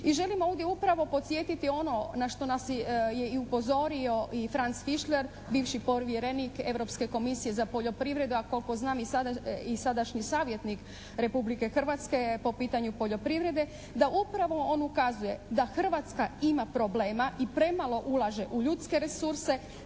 I želimo ovdje upravo podsjetiti ono na što nas je i upozorio Franc Kišler bivši povjerenik europske komisije za poljoprivredu, a koliko znam i sadašnji savjetnik Republike Hrvatske po pitanju poljoprivrede, da upravo on ukazuje da Hrvatska ima problema i premalo ulaže u ljudske resurse,